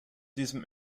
diesem